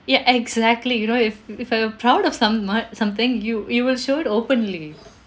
ya exactly you know if if I am proud of somewhat~ something you you will show it openly